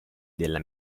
della